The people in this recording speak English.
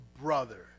brother